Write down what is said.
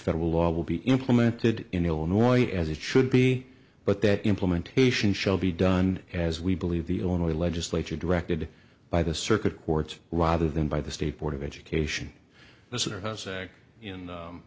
federal law will be implemented in illinois as it should be but that implementation shall be done as we believe the illinois legislature directed by the circuit courts rather than by the state board of education th